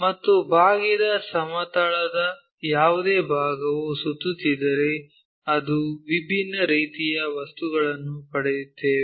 ಮತ್ತು ಬಾಗಿದ ಸಮತಲದ ಯಾವುದೇ ಭಾಗವು ಸುತ್ತುತ್ತಿದ್ದರೆ ಅದು ವಿಭಿನ್ನ ರೀತಿಯ ವಸ್ತುಗಳನ್ನು ಪಡೆಯುತ್ತದೆ